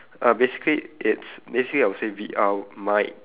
uh basically it's basically I would say V_R might